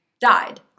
died